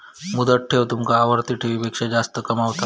मुदत ठेव तुमका आवर्ती ठेवीपेक्षा जास्त कमावता